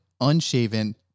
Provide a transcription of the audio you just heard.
unshaven